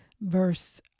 verse